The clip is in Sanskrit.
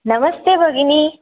नमस्ते भगिनि